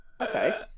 Okay